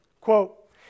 Quote